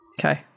okay